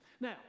Now